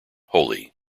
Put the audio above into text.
holy